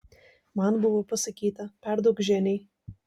man buvo pasakyta perduok ženiai